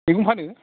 मैगं फानो